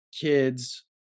kids